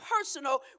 personal